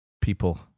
people